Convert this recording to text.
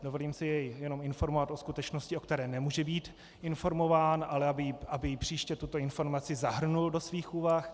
Dovolím si jej jenom informovat o skutečnosti, o které nemůže být informován, ale aby příště tuto informaci zahrnul do svých úvah.